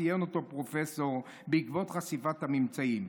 ציין אותו פרופסור בעקבות חשיפת הממצאים.